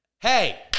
Hey